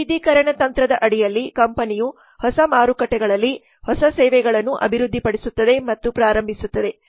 ವೈವಿಧ್ಯೀಕರಣ ತಂತ್ರದ ಅಡಿಯಲ್ಲಿ ಕಂಪನಿಯು ಹೊಸ ಮಾರುಕಟ್ಟೆಗಳಲ್ಲಿ ಹೊಸ ಸೇವೆಗಳನ್ನು ಅಭಿವೃದ್ಧಿಪಡಿಸುತ್ತದೆ ಮತ್ತು ಪ್ರಾರಂಭಿಸುತ್ತದೆ